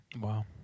Wow